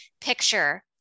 picture